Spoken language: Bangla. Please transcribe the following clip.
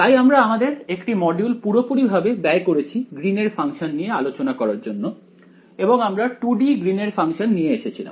তাই আমরা আমাদের একটি মডিউল পুরোপুরিভাবে ব্যয় করেছি গ্রীন এর ফাংশন নিয়ে আলোচনা করার জন্য এবং আমরা 2 D গ্রীন এর ফাংশন নিয়ে এসেছিলাম